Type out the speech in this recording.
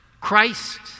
Christ